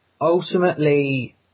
ultimately